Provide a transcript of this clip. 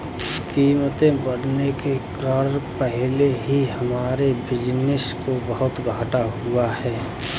कीमतें बढ़ने के कारण पहले ही हमारे बिज़नेस को बहुत घाटा हुआ है